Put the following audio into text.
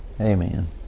Amen